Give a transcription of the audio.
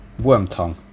Wormtongue